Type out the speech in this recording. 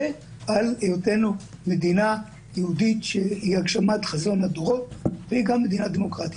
על היותנו מדינה יהודית שהיא הגשמת חזון הדורות וגם מדינה דמוקרטית.